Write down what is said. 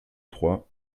trois